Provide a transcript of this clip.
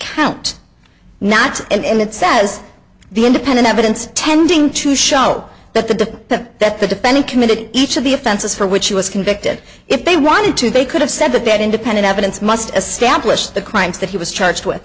count not and it says the independent evidence tending to show that the that the defendant committed each of the offenses for which he was convicted if they wanted to they could have said that that independent evidence must establish the crimes that he was charged with